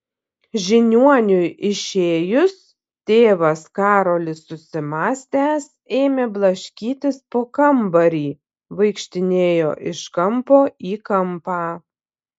žiniuoniui išėjus tėvas karolis susimąstęs ėmė blaškytis po kambarį vaikštinėjo iš kampo į kampą